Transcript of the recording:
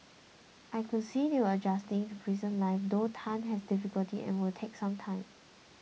I could see they are adjusting to prison life although Tan has difficulty and will take some time